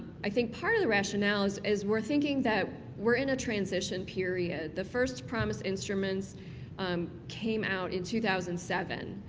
i think part of the rationale is is we're thinking that we're in a transition period. the first promis instruments um came out in two thousand and seven.